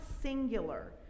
singular